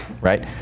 right